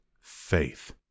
faith